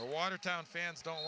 the watertown fans don't